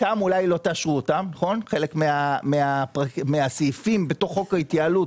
יכול להיות שלא תאשרו חלק מהסעיפים בתוך חוק ההתייעלות,